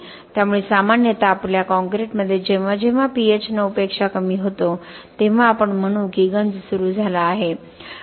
त्यामुळे सामान्यतः आपल्या कॉंक्रिटमध्ये जेव्हा जेव्हा pH 9 पेक्षा कमी होतो तेव्हा आपण म्हणू की गंज सुरू झाला आहे